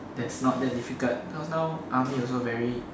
that's not that difficult now army also very